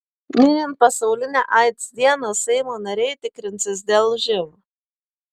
minint pasaulinę aids dieną seimo nariai tikrinsis dėl živ